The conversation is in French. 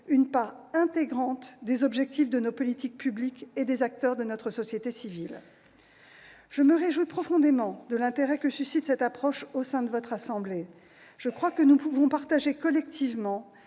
une part intégrante des objectifs de nos politiques publiques et des acteurs de notre société civile. Je me réjouis profondément de l'intérêt que suscite cette approche au sein de votre assemblée. Je crois que nous pouvons partager collectivement,